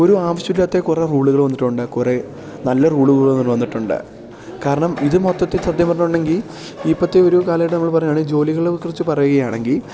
ഒരു ആവശ്യമില്ലാത്ത കുറേ റോളുകൾ വന്നിട്ടുണ്ട് കുറേ നല്ല റോളുകൾ വന്നിട്ടുണ്ട് കാരണം ഇത് മൊത്തത്തിൽ സത്യം പറഞ്ഞിട്ടുണ്ടെങ്കിൽ ഇപ്പോഴത്തെ ഒരു കാലഘട്ടം നമ്മൾ പറയുകയാണെങ്കിൽ ജോലികളെക്കുറിച്ച് പറയുകയാണെങ്കിൽ